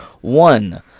one